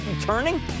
turning